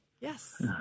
Yes